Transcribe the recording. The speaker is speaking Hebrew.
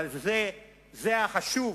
אבל זה מה שחשוב.